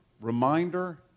reminder